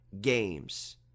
games